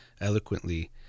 eloquently